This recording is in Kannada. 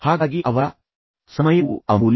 ಹಾಗಾಗಿ ಅವರ ಸಮಯವೂ ಅಮೂಲ್ಯ